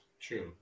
True